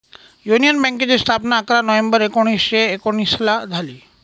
union बँकेची स्थापना अकरा नोव्हेंबर एकोणीसशे एकोनिसला झाली